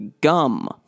gum